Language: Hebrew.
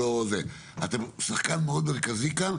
אתם שחקן מאוד מרכזי כאן.